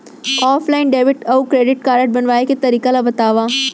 Offline debit अऊ credit card बनवाए के तरीका ल बतावव?